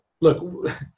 Look